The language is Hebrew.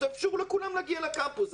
שיתאפשר לכולם להגיע לקמפוס?